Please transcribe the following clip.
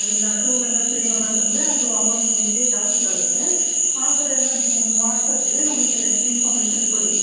ಇಲ್ಲ two member three members ಅಂದರೆ ಅದು ಅಮೌಂಟ್ ನಿಮಗೆ ಜಾಸ್ತಿ ಆಗುತ್ತೆ ಆ ಥರ ಏನಾದರು ಮಾಡ್ಸೋದಿದ್ದರೆ ನಮಗೆ ಇನ್ಫರ್ಮೇಷನ್ ಕೊಡಿ